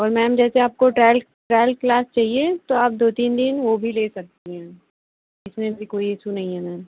और मैम जैसे आपको ट्रायल ट्रायल क्लास चाहिए तो आप दो तीन दिन वो भी ले सकती हैं इसमें भी कोई ईसू नहीं है मैम